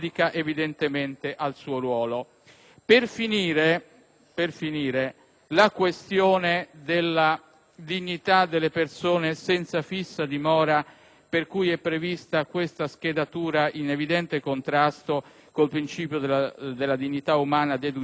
Per finire, sulla questione della dignità delle persone senza fissa dimora, per le quali è prevista una schedatura in evidente contrasto con il principio della dignità umana, deducibile dall'articolo 2 della Costituzione, vorrei